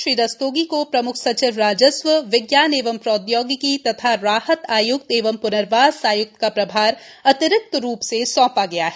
श्री रस्तोगी को प्रम्ख सचिव राजस्व विज्ञान एवं प्रौद्योगिकी तथा राहत आय्क्त एवं प्नर्वास आय्क्त का प्रभार अतिरिक्त रूप से सौंपा गया है